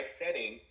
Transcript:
setting